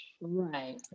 Right